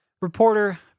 reporter